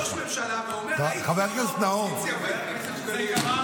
עומד ראש ממשלה ואומר --- חבר הכנסת נאור, די.